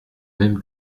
même